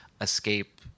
escape